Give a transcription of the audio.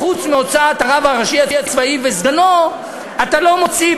חוץ מהוצאת הרב הראשי הצבאי וסגנו אתה לא מוציא,